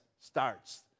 starts